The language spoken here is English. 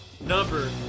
number